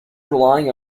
relying